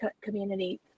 community